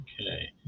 Okay